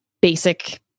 basic